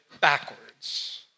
backwards